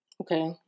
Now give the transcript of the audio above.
Okay